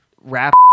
rap